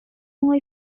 more